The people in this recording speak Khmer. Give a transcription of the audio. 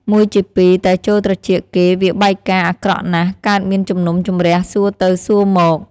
មួយជាពីរ តែចូលត្រចៀកគេវាបែកការណ៍អាក្រក់ណាស់ កើតមានជំនុំជម្រះសួរទៅសួរមក